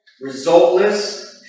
resultless